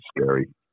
scary